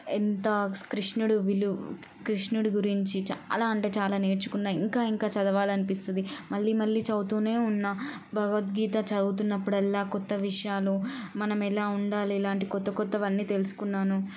ఎంత కృష్ణుడు విలు కృష్ణుడి గురించి చాలా అంటే చాలా నేర్చుకున్నాను ఇంకా ఇంకా చదవాలనిపిస్తుంది మళ్ళీ మళ్ళీ చదువుతూనే ఉన్నాను భగవద్గీత చదువుతున్నప్పుడల్లా కొత్త విషయాలు మనం ఎలా ఉండాలి ఇలాంటి కొత్త కొత్తవన్నీ తెలుసుకున్నాను